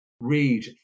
read